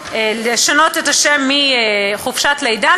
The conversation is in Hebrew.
לשנות את השם מחופשת לידה,